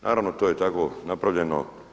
Naravno to je tako napravljeno.